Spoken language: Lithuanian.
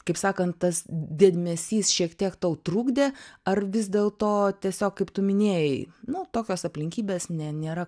kaip sakant tas dėmesys šiek tiek tau trukdė ar vis dėlto tiesiog kaip tu minėjai nu tokios aplinkybės ne nėra